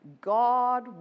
God